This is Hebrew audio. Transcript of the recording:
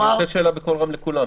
אני שואל שאלה בקול רם לכולם,